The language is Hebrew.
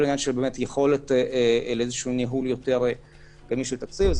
היכולת לניהול יותר גמיש לתקציב,